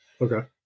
okay